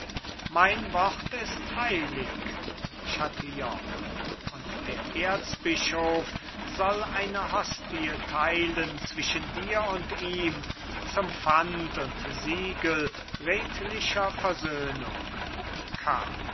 mein wort ist heilig chatillon und der erzbischof soll eine hostie teilen zwischen dir und ihm zum pfand und siegel redlicher versöhnung karl